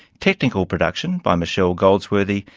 technical production by michelle goldsworthy,